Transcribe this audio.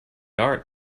art